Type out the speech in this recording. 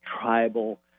tribal